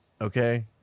Okay